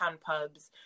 pubs